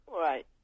Right